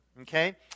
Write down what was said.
okay